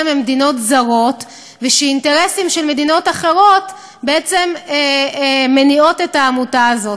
ממדינות זרות ושאינטרסים של מדינות אחרות מניעים את העמותה הזאת.